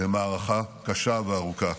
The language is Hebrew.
למערכה קשה וארוכה.